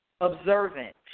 observant